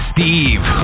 Steve